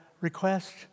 request